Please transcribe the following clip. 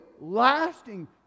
lasting